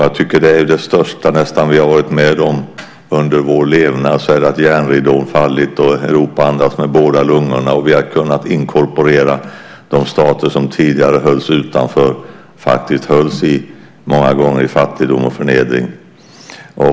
Jag tycker att det nästan är det största som vi har varit med om under vår levnad, att järnridån har fallit och att Europa andas med båda lungorna. Vi har också kunnat inkorporera de stater som tidigare hölls utanför, som faktiskt många gånger hölls i fattigdom och förnedring.